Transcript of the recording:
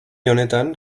honetan